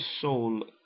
soul